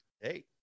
hey